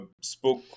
spoke